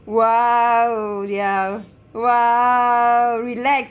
!whoa! ya !whoa! relax